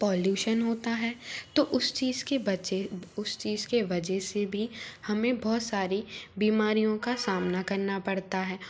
pollution होता है तो उस चीज़ के बचे उस चीज़ के वजह से भी हमें बहुत सारी बीमारियों का सामना करना पड़ता है